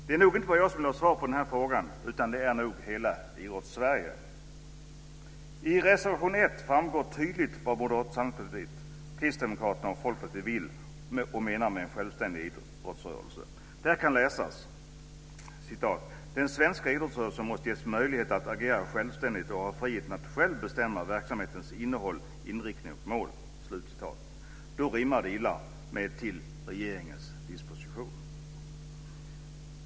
Det är nog inte bara jag som vill ha svar på den frågan, utan det vill hela I reservation 1 framgår tydligt vad Moderata samlingspartiet, Kristdemokraterna och Folkpartiet vill och menar med en självständig idrottsrörelse. Där kan läsas: "Den svenska idrotten måste ges möjlighet att agera självständigt och ha friheten att själv bestämma verksamhetens innehåll, inriktning och mål." Det rimmar illa med "till regeringens disposition".